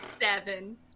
Seven